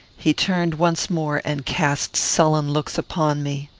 he turned once more and cast sullen looks upon me.